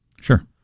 Sure